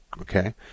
Okay